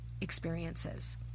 experiences